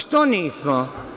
Što nismo?